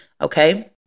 Okay